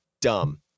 dumb